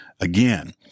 again